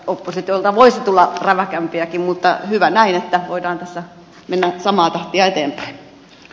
oppositiolta voisi tulla räväkämpiäkin mutta hyvä näin että voidaan tässä mennä samaa tahtia eteenpäin